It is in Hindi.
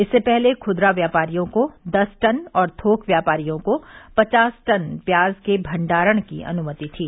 इससे पहले खुदरा व्यापारियों को दस टन और थोक व्यापारियों को पचास टन प्याज के भण्डारण की अनुमति थी